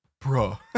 Bro